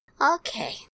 Okay